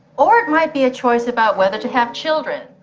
or it might be a choice about whether to have children,